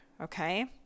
okay